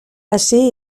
ací